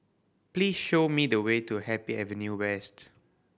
please show me the way to Happy Avenue West